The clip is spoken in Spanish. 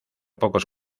pocos